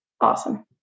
awesome